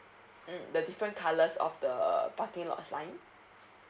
mm the different colours of the parking lot sign